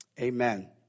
Amen